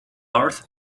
earth